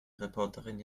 reporterin